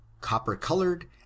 copper-colored